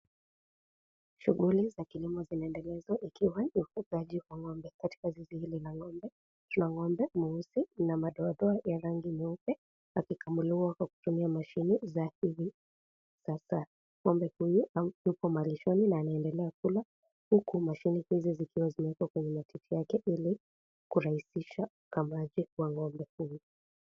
Shughuli za kilimo zinaendelezwa ikiwa ni ufugaji wa ng'ombe . Katika zizi hili la ng'ombe akiwa ng'ombe mweusi na madoadoa ya rangi nyeupe akikamuliwa kwa kutumia mashini za hivi sasa . Ng'ombe huyu yuko malishoni na anaendelea kula huku mashini hizi zikiwa zimewekwa kwenye matiti yake ili kurahisisha ukamaji wa ng'ombe huyu.